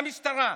המשטרה,